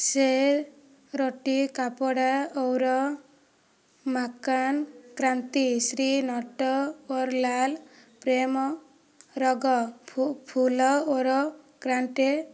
ସେ ରୋଟି କାପଡ଼ା ଓର ମାକାନ୍ କ୍ରାନ୍ତି ଶ୍ରୀ ନଟ ଓ ଲାଲ୍ ପ୍ରେମ ରଗ ଫୁଲ ଓର କ୍ରାଣ୍ଟେ